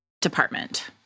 department